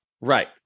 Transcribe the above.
right